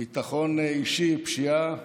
ביטחון אישי, פשיעה,